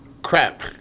Crap